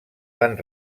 van